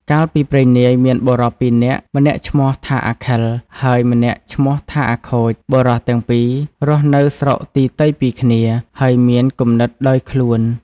កាលពីព្រេងនាយមានបុរស២នាក់ម្នាក់ឈ្មោះថាអាខិលហើយ ម្នាក់ឈ្មោះថាអាខូចបុរសទាំងពីររស់នៅស្រុកទីទៃពីគ្នាហើយមានគំនិតដោយខ្លួន។